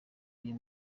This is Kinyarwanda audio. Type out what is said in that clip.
uyu